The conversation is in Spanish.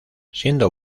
siendo